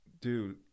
dude